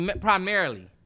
primarily